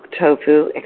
tofu